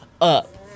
up